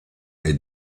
ait